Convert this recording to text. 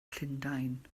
llundain